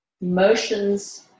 emotions